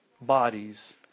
bodies